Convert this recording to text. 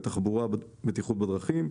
התחבורה ובטיחות בדרכים,